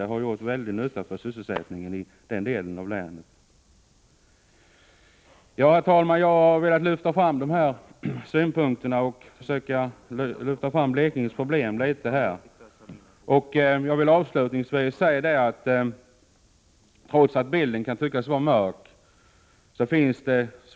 Det har blivit till stor nytta för sysselsättningen i den delen av länet. Jag har med dessa synpunkter velat lyfta fram Blekinges problem, och jag vill avslutningsvis återigen säga att det, trots att bilden kan tyckas vara mörk, finns en framtidstro.